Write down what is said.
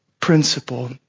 principle